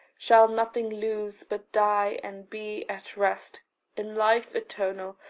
shall nothing lose, but die and be at rest in life eternal,